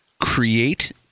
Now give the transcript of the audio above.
Create